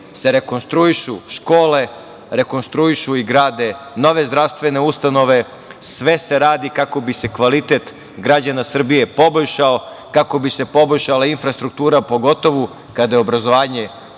se rekonstruišu škole, rekonstruišu i grade nove zdravstvene ustanove, sve se radi kako bi se kvalitet građana Srbije poboljšao, kako bi se poboljšala infrastruktura, pogotovo kada je obrazovanje